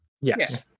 Yes